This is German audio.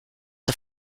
der